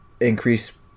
increase